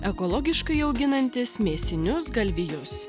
ekologiškai auginantis mėsinius galvijus